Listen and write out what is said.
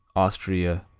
austria,